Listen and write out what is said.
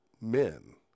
men